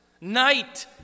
Night